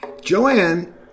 Joanne